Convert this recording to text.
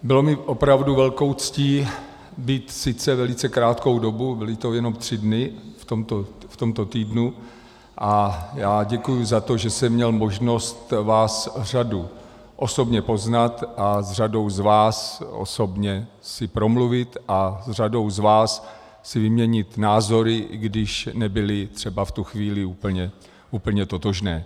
Bylo mi opravdu velkou ctí být sice velice krátkou dobu, byly to jenom tři dny v tomto týdnu, a já děkuji za to, že jsem měl možnost vás řadu osobně poznat a s řadou z vás osobně si promluvit a s řadou z vás si vyměnit názory, i když nebyly třeba v tu chvíli úplně totožné.